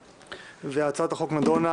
והצעת החוק נדונה